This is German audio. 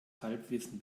halbwissen